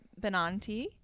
Benanti